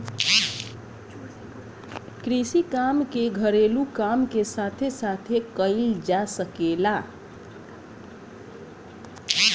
कृषि काम के घरेलू काम के साथे साथे कईल जा सकेला